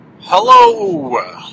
Hello